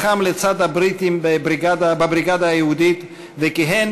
לחם לצד הבריטים בבריגדה היהודית וכיהן